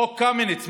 חוק קמיניץ,